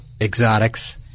exotics